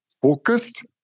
focused